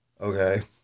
Okay